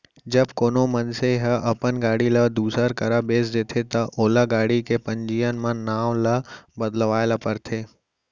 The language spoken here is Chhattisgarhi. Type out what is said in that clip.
जब कोनो मनसे ह अपन गाड़ी ल दूसर करा बेंच देथे ता ओला गाड़ी के पंजीयन म नांव ल बदलवाए ल परथे